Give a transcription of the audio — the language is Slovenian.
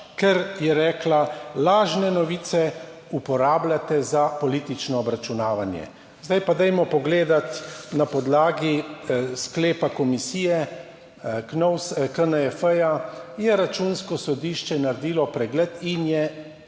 ker je rekla, lažne novice uporabljate za politično obračunavanje. Zdaj pa dajmo pogledati. Na podlagi sklepa Komisije KNJF je Računsko sodišče naredilo pregled in je